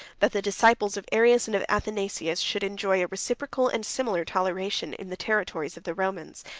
that the disciples of arius and of athanasius should enjoy a reciprocal and similar toleration in the territories of the romans,